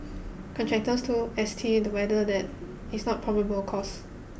contractors told S T the weather that is not probable cause